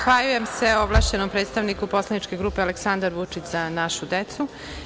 Zahvaljujem se ovlašćenom predstavniku poslaničke grupe Aleksandar Vučić – Za našu decu.